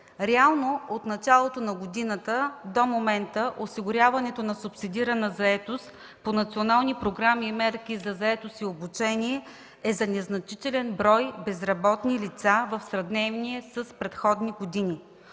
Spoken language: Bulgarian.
Реално от началото на годината до момента осигуряването на субсидирана заетост по национални програми и мерки за заетост и обучение е за незначителен брой безработни лица в сравнение с предходни години.